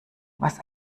was